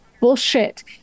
Bullshit